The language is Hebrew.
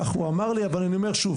כך הוא אמר לי אבל אני אומר שוב.